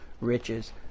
riches